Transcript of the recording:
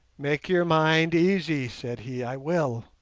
make your mind easy, said he i will.